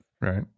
Right